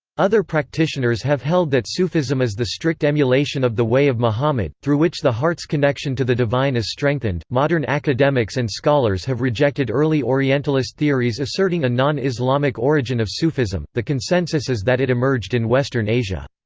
other practitioners have held that sufism is the strict emulation of the way of muhammad, through which the heart's connection to the divine is strengthened modern academics and scholars have rejected early orientalist theories asserting a non-islamic origin of sufism, the consensus is that it emerged in western asia.